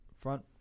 front